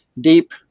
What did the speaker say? deep